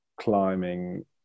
climbing